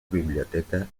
biblioteca